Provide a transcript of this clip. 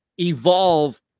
evolve